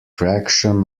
traction